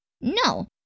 No